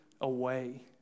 away